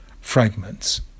fragments